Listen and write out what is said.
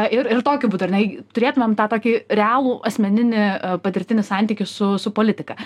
ir ir tokiu būdu ar ne turėtumėm tą tokį realų asmeninį patirtinį santykį su su politika